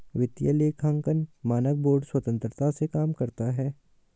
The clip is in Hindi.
वित्तीय लेखांकन मानक बोर्ड स्वतंत्रता से काम करता है